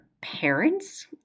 parents